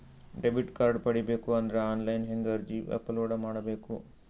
Debit card ಪಡಿಬೇಕು ಅಂದ್ರ online ಹೆಂಗ್ ಅರ್ಜಿ ಅಪಲೊಡ ಮಾಡಬೇಕು?